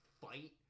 fight